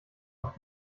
noch